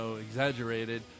exaggerated